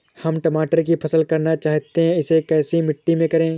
हम टमाटर की फसल करना चाहते हैं इसे कैसी मिट्टी में करें?